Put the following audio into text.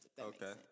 Okay